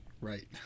Right